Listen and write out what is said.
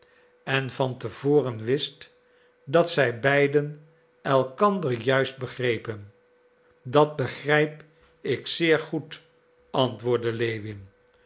en van te voren wist dat zij beiden elkander juist begrepen dat begrip ik zeer goed antwoordde lewin